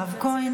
מירב כהן,